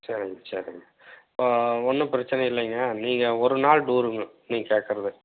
சரிங்க சரிங்க இப்போ ஒன்றும் பிரச்சனை இல்லைங்க நீங்கள் ஒரு நாள் டூருங்க நீங்கள் கேட்குறது